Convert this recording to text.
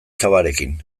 cavarekin